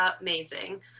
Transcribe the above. amazing